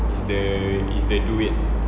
is the is the duit